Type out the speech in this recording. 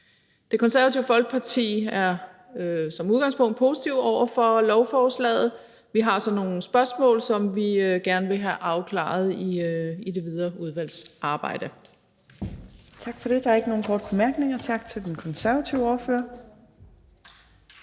Det Konservative Folkeparti er som udgangspunkt positive over for lovforslaget. Vi har så nogle spørgsmål, som vi gerne vil have afklaret i det videre udvalgsarbejde. Kl. 18:54 Fjerde næstformand (Trine Torp): Der er ikke nogen korte bemærkninger, så tak til den konservative ordfører.